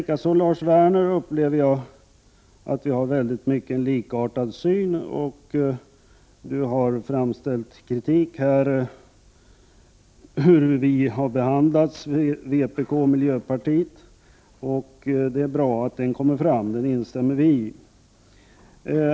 Jag upplever att Lars Werner och jag har en mycket likartad syn. Han har framfört kritik mot behandlingen av vpk och miljöpartiet, och det är bra att den kommer fram. Miljöpartiet instämmer i den kritiken.